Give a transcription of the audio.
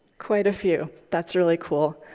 quite a few. that's really cool.